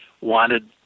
wanted